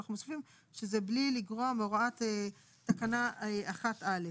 אנחנו מוסיפים שזה בלי לגרוע מהוראות תקנה 1א,